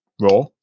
raw